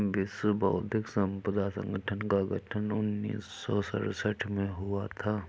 विश्व बौद्धिक संपदा संगठन का गठन उन्नीस सौ सड़सठ में हुआ था